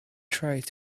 tried